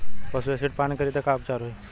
पशु एसिड पान करी त का उपचार होई?